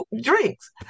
drinks